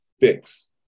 fix